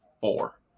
four